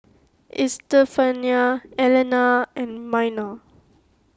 Estefania Elena and Minor